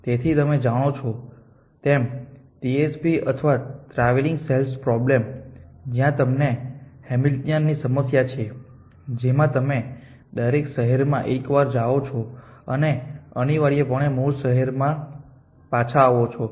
તેથી તમે જાણો છો તેમ TSP અથવા ટ્રાવેલિંગ સેલ્સમેન પ્રોબ્લેમ જ્યાં તમને હેમિલ્ટનિયન લૂપ ની સમસ્યા છે જેમાં તમે દરેક શહેરમાં એકવાર જાઓ છો અને અનિવાર્યપણે મૂળ શહેરોમાં પાછા આવો છો